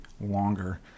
longer